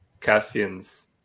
Cassian's